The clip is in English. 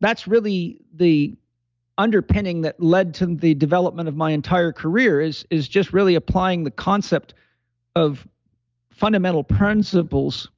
that's really the underpinning that led to the development of my entire career, is is just really applying the concept of fundamental principles